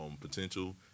potential